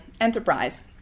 enterprise